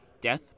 death